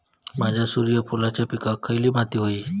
माझ्या सूर्यफुलाच्या पिकाक खयली माती व्हयी?